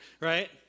right